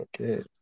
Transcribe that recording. okay